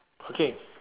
okay